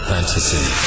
Fantasy